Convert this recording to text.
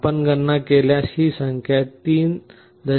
आपण गणना केल्यास ही संख्या 3